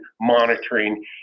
monitoring